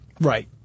Right